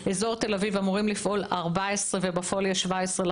באזור תל אביב אמורים לפעול 14 ובפועל יש 17,